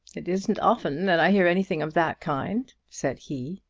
it isn't often that i hear anything of that kind, said he.